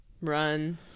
run